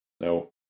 No